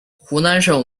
湖南省